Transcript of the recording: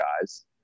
guys